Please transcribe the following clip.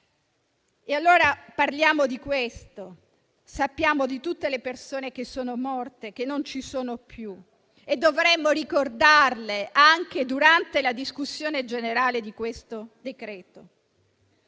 crociere. Parliamo di questo: sappiamo di tutte le persone che sono morte, che non ci sono più e dovremmo ricordarle, anche durante la discussione generale di questo decreto-legge.